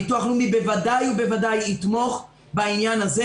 הביטוח הלאומי בוודאי ובוודאי יתמוך בעניין הזה.